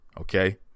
okay